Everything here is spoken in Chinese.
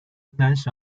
湖南省